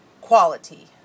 quality